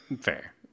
Fair